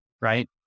right